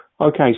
Okay